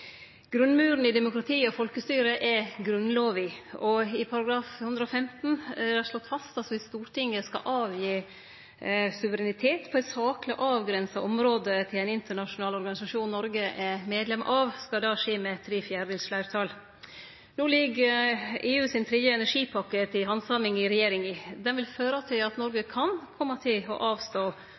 Grunnmuren i demokratiet og i folkestyret er Grunnlova, og i § 115 er det slått fast at dersom Stortinget skal gi frå seg suverenitet på eit sakleg og avgrensa område til ein internasjonal organisasjon Noreg er medlem av, skal det skje med tre fjerdedels fleirtal. No ligg EUs tredje energipakke til handsaming i regjeringa. Det vil føre til at Noreg kan kome til å avstå